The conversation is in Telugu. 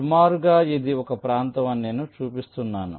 సుమారుగా ఇది ఒక ప్రాంతం అని నేను చూపిస్తున్నాను